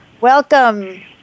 Welcome